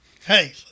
Hey